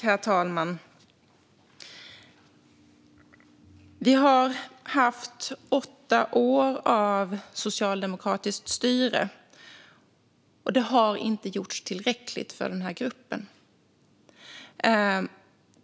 Herr talman! Vi har haft åtta år av socialdemokratiskt styre, och det har inte gjorts tillräckligt för den här gruppen.